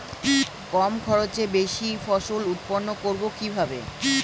কম খরচে বেশি ফসল উৎপন্ন করব কিভাবে?